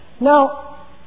Now